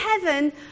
heaven